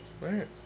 Right